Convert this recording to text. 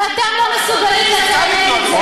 ואתם לא מסוגלים לצאת נגד זה.